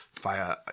via